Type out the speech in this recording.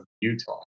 Utah